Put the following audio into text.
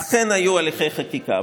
אכן היו הליכי חקיקה.